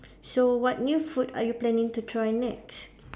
so what new food are you planning to try next